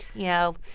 you know,